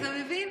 אתה מבין?